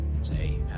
Say